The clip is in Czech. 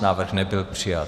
Návrh nebyl přijat.